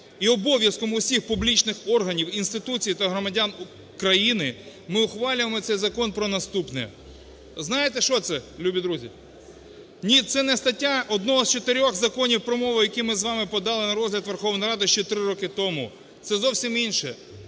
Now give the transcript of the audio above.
і обов'язком усіх публічних органів, інституцій та громадян України, ми ухвалюємо цей закон про наступне". Знаєте, що це, любі друзі? Ні, це не стаття одного з чотирьох Законів про мову, які ми з вами продали на розгляд Верховної Ради ще 3 роки тому, це зовсім інше.